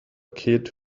kid